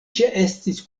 ĉeestis